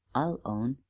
i'll own.